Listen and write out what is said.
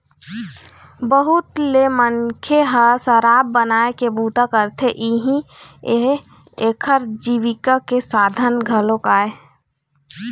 बहुत ले मनखे ह शराब बनाए के बूता करथे, इहीं ह एखर जीविका के साधन घलोक आय